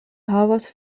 havas